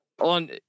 on